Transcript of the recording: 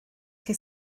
chi